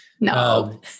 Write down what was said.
No